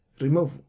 remove